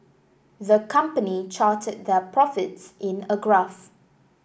the company charted their profits in a graph